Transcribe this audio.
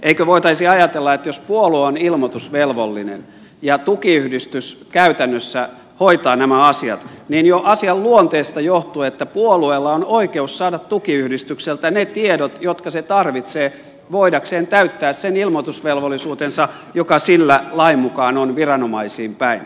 eikö voitaisi ajatella että jos puolue on ilmoitusvelvollinen ja tukiyhdistys käytännössä hoitaa nämä asiat niin jo asian luonteesta johtuu että puolueella on oikeus saada tukiyhdistykseltä ne tiedot jotka se tarvitsee voidakseen täyttää sen ilmoitusvelvollisuutensa joka sillä lain mukaan on viranomaisiin päin